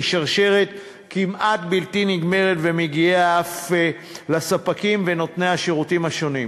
היא שרשרת כמעט בלתי נגמרת ומגיעה אף לספקים ונותני השירותים השונים.